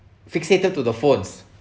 fixated to the phones